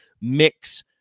mix